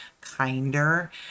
kinder